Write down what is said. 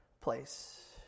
place